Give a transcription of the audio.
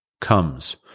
comes